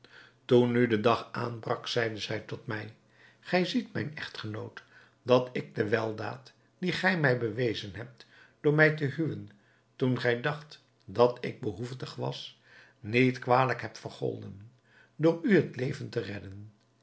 toen nu de dag aanbrak zeide zij tot mij gij ziet mijn echtgenoot dat ik de weldaad die gij mij bewezen hebt door mij te huwen toen gij dacht dat ik behoeftig was niet kwalijk heb vergolden door u het leven te redden